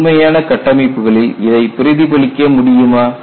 உண்மையான கட்டமைப்புகளில் இதைப் பிரதிபலிக்க முடியுமா